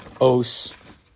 os